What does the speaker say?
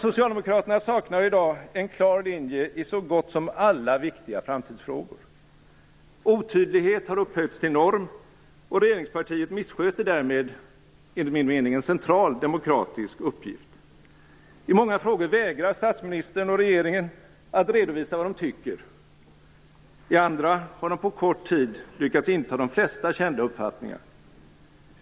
Socialdemokraterna saknar i dag en klar linje i så gott som alla viktiga framtidsfrågor. Otydlighet har upphöjts till norm, och regeringspartiet missköter därmed enligt min mening en central demokratisk uppgift. I många frågor vägrar statsministern och regeringen att redovisa vad de tycker, i andra har de på kort tid lyckats inta de flesta kända uppfattningar.